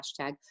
hashtag